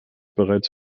bereits